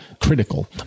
critical